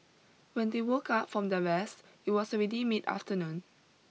when they woke up from their rest it was already mid afternoon